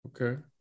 Okay